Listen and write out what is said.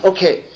Okay